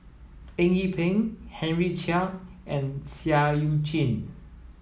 Eng Yee Peng Henry Chia and Seah Eu Chin